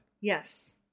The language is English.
Yes